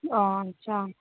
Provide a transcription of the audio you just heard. ꯑꯥ ꯆꯥ